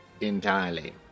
entirely